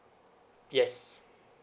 yes